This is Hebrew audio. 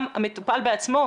גם המטופל בעצמו,